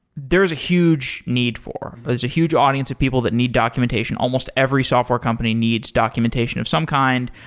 there's a huge need for. there's a huge audience of people that need documentation. almost every software company needs documentation of some kind.